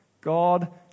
God